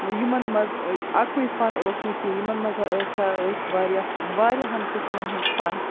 یِمَن مَنٛز اَکُے فَن اوس نہٕ کینٛہہ یِمَن مَنٛز ہَسا ٲسۍ واریاہ واریاہَن قٕسمَن ہٕنٛدۍ فَن